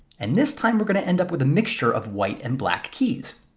and this time we're going to end up with a mixture of white and black keys.